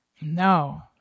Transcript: No